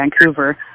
Vancouver